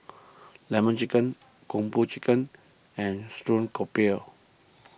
Lemon Chicken Kung Po Chicken and Stream Grouper